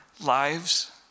lives